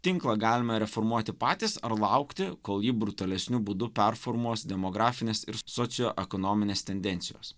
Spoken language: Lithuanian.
tinklą galime reformuoti patys ar laukti kol jį brutalesniu būdu performuos demografinės ir socioekonominės tendencijos